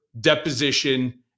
deposition